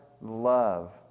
love